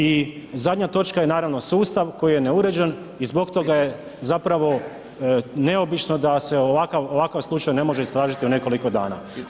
I zadnja točka je naravno sustav koji je neuređen i zbog toga je neobično da se ovakav slučaj ne može istražiti u nekoliko dana.